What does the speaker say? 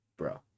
bro